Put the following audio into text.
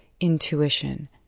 intuition